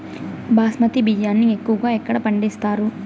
బాస్మతి బియ్యాన్ని ఎక్కువగా ఎక్కడ పండిస్తారు?